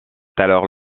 alors